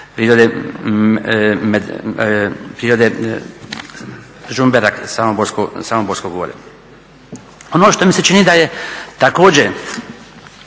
prirode Žumberak, Samoborsko gorje. Ono što mi se čini da je također